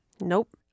Nope